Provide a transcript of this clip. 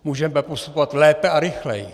Můžeme pak postupovat lépe a rychleji.